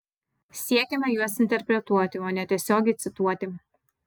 siekiame juos interpretuoti o ne tiesiogiai cituoti